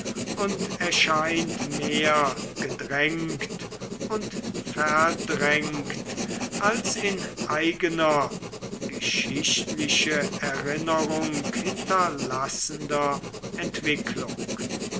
und erscheint mehr gedrängt und verdrängt als in eigener geschichtliche erinnerung hinterlassender entwicklung